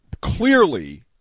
clearly